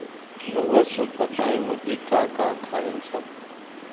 रउआ सभ बताई मुर्गी का का खालीन सब?